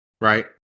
Right